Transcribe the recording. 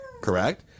correct